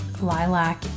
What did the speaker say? lilac